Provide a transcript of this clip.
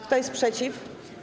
Kto jest przeciw?